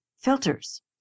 filters